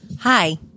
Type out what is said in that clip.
Hi